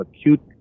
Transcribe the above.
acute